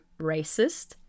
racist